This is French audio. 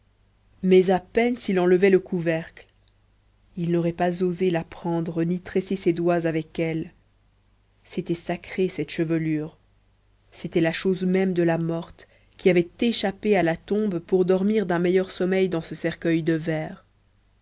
mais à peine s'il en levait le couvercle il n'aurait pas osé la prendre ni tresser ses doigts avec elle c'était sacré cette chevelure c'était la chose même de la morte qui avait échappé à la tombe pour dormir d'un meilleur sommeil dans ce cercueil de verre